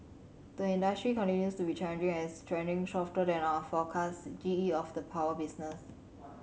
the industry continues to be challenging and is trending softer than our forecast G E of the power business